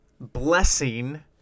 blessing